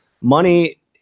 money